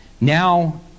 Now